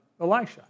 Elisha